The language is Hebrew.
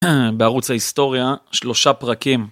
בערוץ ההיסטוריה שלושה פרקים.